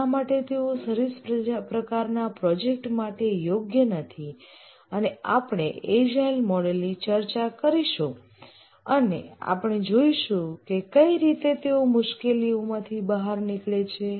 શા માટે તેઓ સર્વિસ પ્રકારના પ્રોજેક્ટ માટે યોગ્ય નથી અને આપણે એજાઈલ મોડલ ની ચર્ચા કરીશું અને આપણે જોઇશું કે કઈ રીતે તેઓ આ મુશ્કેલીઓમાંથી બહાર નીકળે છે